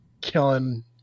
killing